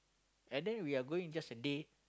and then we are going just a date